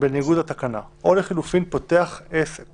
בניגוד לתקנה או לחלופין פותח עסק